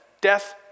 Death